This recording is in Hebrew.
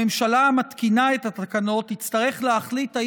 הממשלה המתקינה את התקנות תצטרך להחליט אם